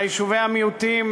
ביישובי המיעוטים,